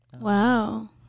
Wow